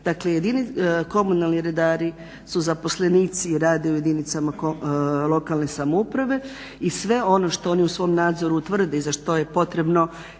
Dakle, komunalni redari su zaposlenici i rade u jedinicama lokalne samouprave. I sve ono što oni u svom utvrde i za što je potrebno